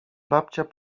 babcia